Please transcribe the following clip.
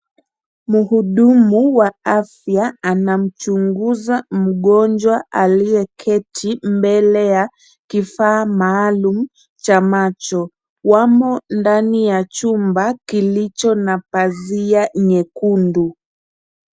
Mhudumu wa afya anamchunguza mgonjwa aliyeketi mbele ya kifaa maalum cha macho. Wamo ndani ya chumba kilicho na pazia nyekundu.